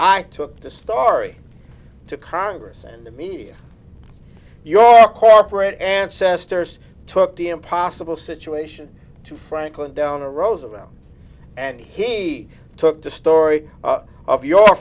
i took the starry to congress and the media your corporate ancestors took the impossible situation to franklin down to roosevelt and he took the story of your